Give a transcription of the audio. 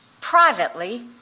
privately